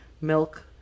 milk